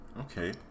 Okay